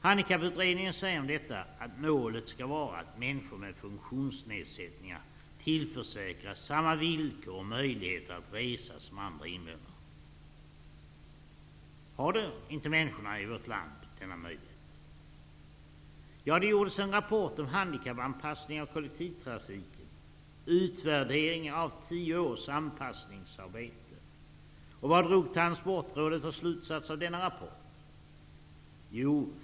Handikapputredningen säger: ''Målet skall vara att människor med funk tionsnedsättningar tillförsäkras samma villkor och möjligheter att resa som andra invånare.'' Har då inte människorna i vårt land denna möjlig het? Det gjordes en rapport om handikappan passning av kollektivtrafiken -- utvärdering av tio års anpassningsarbete. Vad drog då Transportrå det för slutsatser av denna rapport?